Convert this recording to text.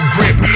Grip